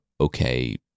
okay